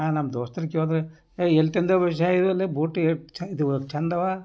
ನಮ್ಮ ದೋಸ್ತ್ರಿಗೆ ಕೇಳಿದ್ರಿ ಹೇ ಎಲ್ಲಿ ತಂದ್ಯಾವ ಬಶ್ಯಾ ಹೇಳಲೇ ಬೂಟ್ ಏಟ್ ಚೆಂದಿದ್ವು ಚೆಂದವ